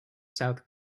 south